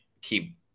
keep